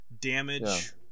damage